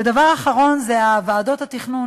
ודבר אחרון זה ועדות התכנון,